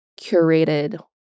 curated